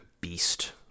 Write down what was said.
beast